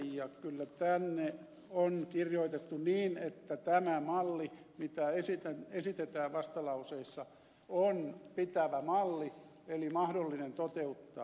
kyllä tänne on kirjoitettu niin että tämä malli mitä esitetään vastalauseessa on pitävä malli eli mahdollinen toteuttaa